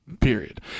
Period